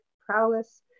prowess